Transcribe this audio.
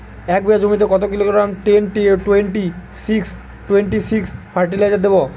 এক বিঘা জমিতে কত kilogram ten twenty six twenty six fertiliser দেবো?